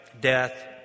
death